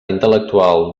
intel·lectual